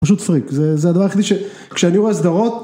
פשוט פריק זה זה הדבר היחידי שכשאני רואה סדרות